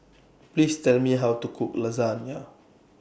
Please Tell Me How to Cook Lasagne